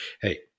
hey